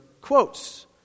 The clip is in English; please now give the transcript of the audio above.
quotes